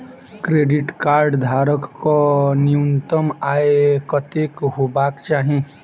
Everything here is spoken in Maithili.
क्रेडिट कार्ड धारक कऽ न्यूनतम आय कत्तेक हेबाक चाहि?